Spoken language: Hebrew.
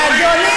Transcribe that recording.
אדוני,